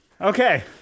Okay